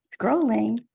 scrolling